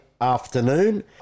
afternoon